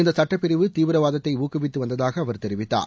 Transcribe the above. இந்த சட்டப் பிரிவு தீவிரவாதத்தை ஊக்குவித்து வந்ததாக அவர் தெரிவித்தார்